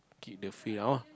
keep the fish orh